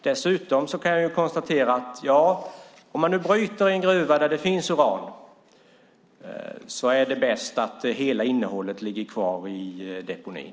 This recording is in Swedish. Dessutom kan jag konstatera att om man nu bryter i en gruva där det finns uran är det bäst att hela innehållet får ligga kvar i deponin.